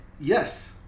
Yes